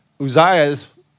Uzziah's